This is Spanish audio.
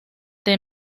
the